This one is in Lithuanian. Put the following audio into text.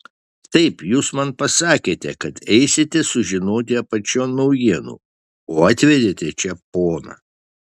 taip jūs man pasakėte kad eisite sužinoti apačion naujienų o atvedėte čia poną